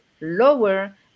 lower